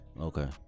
okay